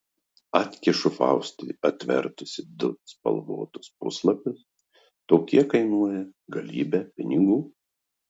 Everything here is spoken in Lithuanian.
atkišu faustui atvertusi du spalvotus puslapius tokie kainuoja galybę pinigų